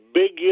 big